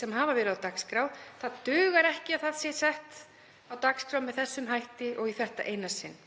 sem hafa verið á dagskrá, sé sett á dagskrá með þessum hætti og í þetta eina sinn.